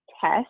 test